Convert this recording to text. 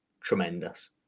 tremendous